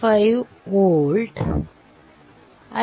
428 20